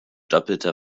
doppelter